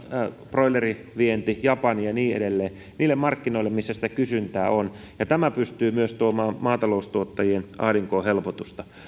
broilerin vienti japaniin ja niin edelleen niille markkinoille missä sitä kysyntää on ja tämä pystyy myös tuomaan maataloustuottajien ahdinkoon helpotusta